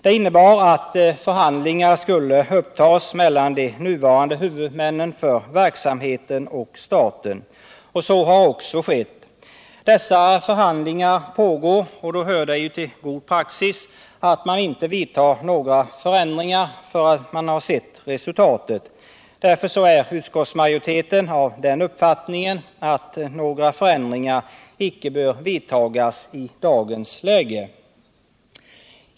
Det innebar att förhandlingar skulle upptas mellan de nuvarande huvudmännen för verksamheten och staten. Så har också skett. Dessa förhandlingar pågår och då hör det ju till god praxis att man inte vidtar några förändringar förrän man sett resultatet. Därför är utskottsmajoriteten av den uppfattningen att några förändringar icke bör vidtagas i dagens läge.